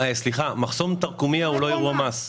מחסום תרקומיה הוא לא אירוע מס.